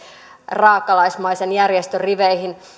raakalaismaisen järjestön riveihin